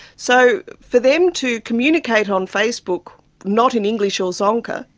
so for them to communicate on facebook not in english or zonka,